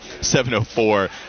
704